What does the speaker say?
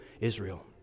Israel